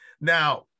Now